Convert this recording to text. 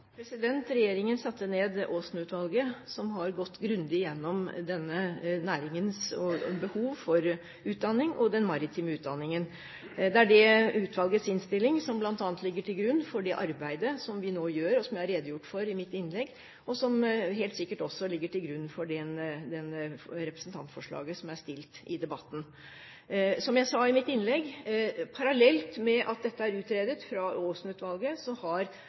Regjeringen satte ned Aasen-utvalget, som har gått grundig gjennom denne næringens behov for utdanning og den maritime utdanningen. Det er utvalgets innstilling som bl.a. ligger til grunn for det arbeidet som vi nå gjør, og som jeg har redegjort for i mitt innlegg, og som helt sikkert også ligger til grunn for representantforslaget i denne debatten. Som jeg sa i mitt innlegg: Parallelt med at dette er utredet fra